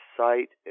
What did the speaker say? site